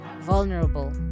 vulnerable